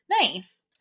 Nice